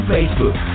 Facebook